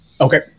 okay